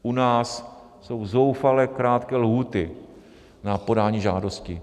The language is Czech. U nás jsou zoufale krátké lhůty na podání žádosti.